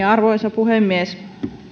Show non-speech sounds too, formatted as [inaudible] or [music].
[unintelligible] arvoisa puhemies